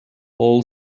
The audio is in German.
all